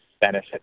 benefit